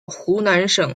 湖南省